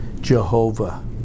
Jehovah